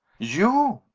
you!